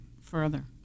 further